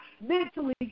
mentally